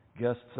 guests